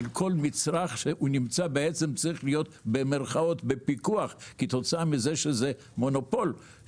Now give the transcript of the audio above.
של כל מצרך שנמצא בפיקוח כתוצאה מזה שזה מונופול.